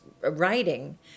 writing